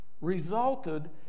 resulted